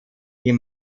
die